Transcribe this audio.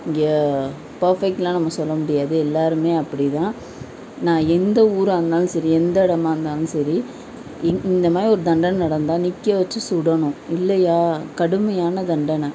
இங்கே பர்ஃபெக்ட்லாம் நம்ம சொல்ல முடியாது எல்லாருமே அப்படிதான் நான் எந்த ஊராக இருந்தாலும் சரி எந்த இடமாருந்தாலும் சரி இ இந்தமாதிரி ஒரு தண்டனை நடந்தால் நிற்க வச்சி சுடணும் இல்லையா கடுமையான தண்டனை